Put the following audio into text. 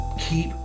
Keep